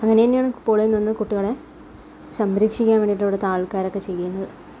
അങ്ങനെ തന്നെയാണ് പോളിയോയിൽ നിന്ന് കുട്ടികളെ സംരക്ഷിക്കാൻ വേണ്ടിയിട്ടവിടുത്തെ ആൾക്കാരൊക്കെ ചെയ്യുന്നത്